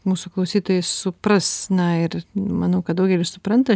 mūsų klausytojai supras na ir manau kad daugelis supranta